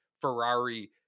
Ferrari